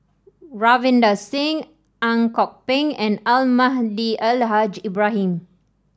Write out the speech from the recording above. Ravinder Singh Ang Kok Peng and Almahdi Al Haj Ibrahim